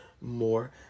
more